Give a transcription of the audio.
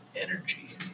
energy